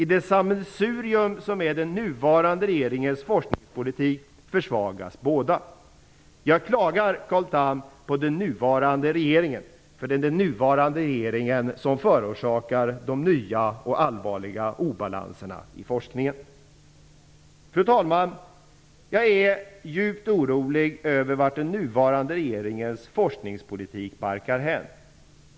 I det sammelsurium som är den nuvarande regeringens forskningspolitik försvagas båda. Jag klagar, Carl Tham, på den nuvarande regeringen. Det är den nuvarande regeringen som förorsakar de nya och allvarliga obalanserna i forskningen. Fru talman! Jag är djupt orolig över vart den nuvarande regeringens forskningspolitik barkar hän.